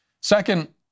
Second